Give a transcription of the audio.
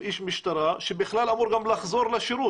איש משטרה שבכלל אמור גם לחזור לשירות.